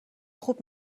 خوب